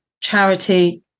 charity